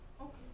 Okay